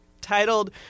titled